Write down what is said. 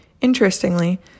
Interestingly